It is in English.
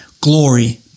glory